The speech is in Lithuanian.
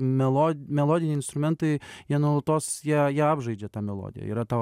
melo melodiniai instrumentai jie nuolatos jie ją apžaidžia tą melodiją yra to